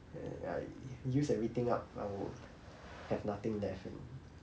and like use everything up and I will have nothing left and